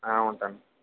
ఉంటానండి